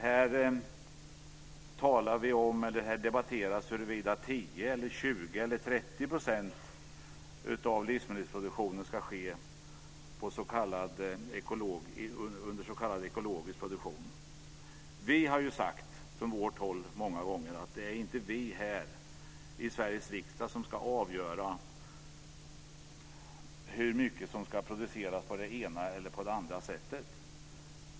Här debatteras huruvida 10 %, 20 % eller 30 % av livsmedelsproduktionen ska ske under s.k. ekologisk produktion. Vi har från vårt håll många gånger sagt att det inte är vi här i Sveriges riksdag som ska avgöra hur mycket som ska produceras på det ena eller andra sättet.